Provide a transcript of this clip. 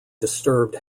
disturbed